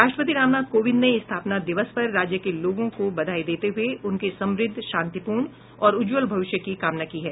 राष्ट्रपति रामनाथ कोविंद ने स्थापना दिवस पर राज्य के लोगों को बधाई देते हुये उनके समृद्ध शांतिपूर्ण और उज्जवल भविष्य की कामना की है